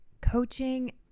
Coaching